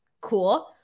Cool